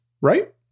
right